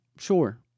sure